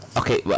okay